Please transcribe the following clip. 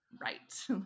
right